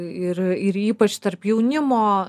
ir ir ypač tarp jaunimo